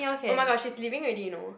oh-my-god she's leaving already you know